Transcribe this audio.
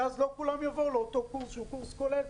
כי לא כולם יבואו לאותו קורס שהוא קורס כולל,